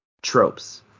tropes